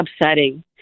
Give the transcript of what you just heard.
upsetting